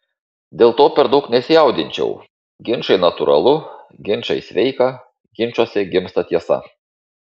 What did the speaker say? dėl to per daug nesijaudinčiau ginčai natūralu ginčai sveika ginčuose gimsta tiesa